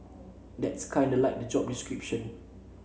that's kinda like the job description